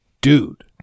Dude